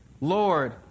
Lord